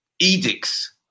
edicts